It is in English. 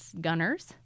gunners